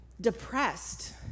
depressed